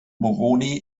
moroni